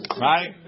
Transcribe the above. Right